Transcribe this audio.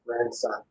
grandson